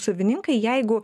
savininkai jeigu